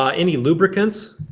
um any lubricants,